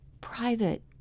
private